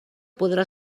podrà